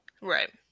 Right